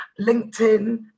LinkedIn